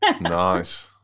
nice